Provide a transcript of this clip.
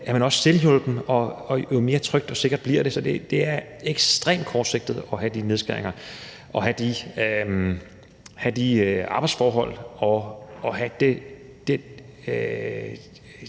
er man også selvhjulpen, og jo mere trygt og sikkert bliver det. Så det er ekstremt kortsigtet at have de nedskæringer og have de arbejdsforhold og